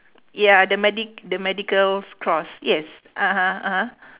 yeah the medic the medical's cross yes (uh huh) (uh huh)